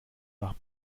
nach